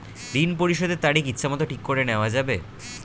ঋণ পরিশোধের তারিখ ইচ্ছামত ঠিক করে নেওয়া যাবে?